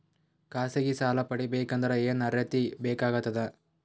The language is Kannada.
ಖಾಸಗಿ ಸಾಲ ಪಡಿಬೇಕಂದರ ಏನ್ ಅರ್ಹತಿ ಬೇಕಾಗತದ?